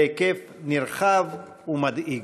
בהיקף נרחב ומדאיג.